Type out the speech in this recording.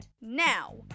Now